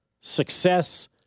success